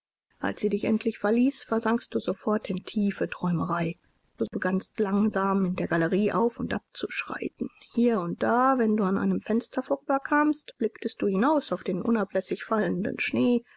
als sie dich endlich verließ versankst du sofort in tiefe träumereien du begannst langsam in der galerie auf und abzuschreiten hier und da wenn du an einem fenster vorüber kamst blicktest du hinaus auf den unablässig fallenden schnee